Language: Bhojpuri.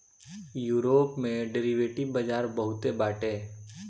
यूरोप में डेरिवेटिव बाजार बहुते बाटे